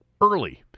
early